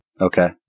Okay